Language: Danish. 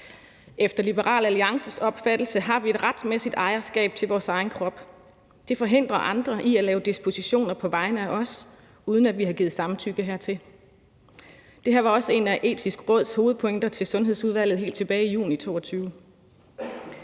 Efter Liberal Alliances opfattelse har vi et retmæssigt ejerskab til vores egen krop. Det forhindrer andre i at lave dispositioner på vegne af os, uden at vi har givet samtykke hertil. Det her var også en af Det Etiske Råds hovedpointer til Sundhedsudvalget helt tilbage i juni 2022.